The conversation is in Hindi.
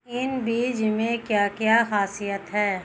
इन बीज में क्या क्या ख़ासियत है?